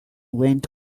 went